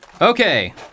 Okay